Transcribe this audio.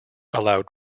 allow